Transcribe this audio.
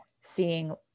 seeing